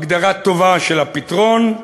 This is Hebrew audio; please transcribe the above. הגדרה טובה של הפתרון,